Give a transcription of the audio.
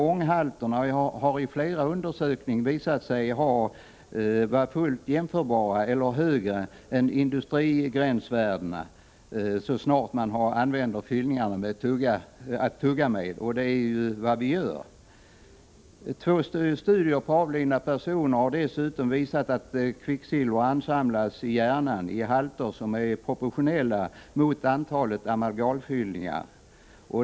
Ånghalterna har i flera undersökningar visat sig vara fullt jämförbara med eller högre än industrigränsvärdena, så snart man använder fyllningarna till att tugga med — och det är ju vad man gör. Två studier på avlidna personer har dessutom visat att kvicksilver ansamlas i hjärnan i halter som är proportionerliga till antalet amalgamfyllningar.